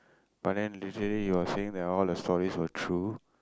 but then they said it your saying that all the stories were true